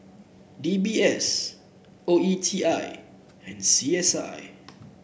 D B S O E T I and C S I